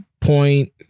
Point